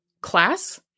class